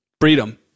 freedom